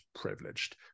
privileged